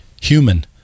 human